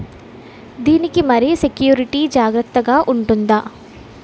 దీని కి మరి సెక్యూరిటీ జాగ్రత్తగా ఉంటుందా?